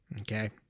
Okay